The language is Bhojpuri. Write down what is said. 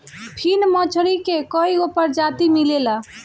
फिन मछरी के कईगो प्रजाति मिलेला